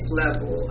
level